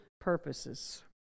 purposes